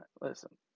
Listen